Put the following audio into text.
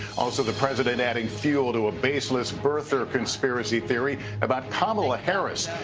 also, the president adding fuel to a baseless birther conspiracy theory about kamala harris,